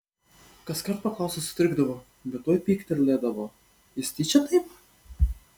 kaskart paklaustas sutrikdavo bet tuoj pyktelėdavo jis tyčia taip